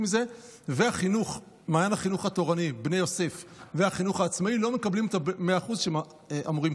חלק מהכסף הזה הולך לאברכים, לא נדבר עליו.